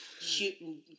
shooting